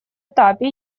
этапе